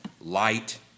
Light